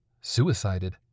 Suicided